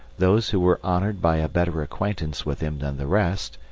those who were honoured by a better acquaintance with him than the rest,